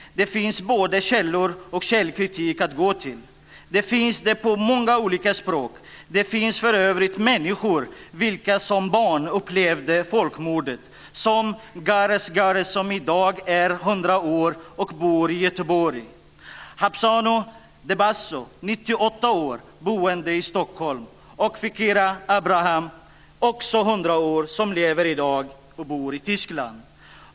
Det finns både källor och källkritik att gå till. Det finns det på många olika språk. Det finns för övrigt människor vilka som barn upplevde folkmordet, som Gares Gares, som i dag är 100 år och bor i Göteborg, Habsono Debasso, 98 år, boende i Stockholm, och Fikkare Abraham, också 100 år, som lever i Tyskland.